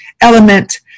element